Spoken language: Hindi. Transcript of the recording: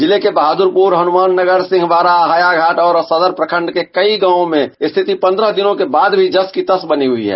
जिले के बहादुरपुर हनुमान नगर सिंहवाड़ा हायाघाट और सदर प्रखंड के कई गांवों में स्थिति पंद्रह दिनों के बाद मी जस की तस बनी हुई है